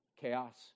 chaos